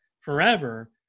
forever